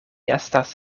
estas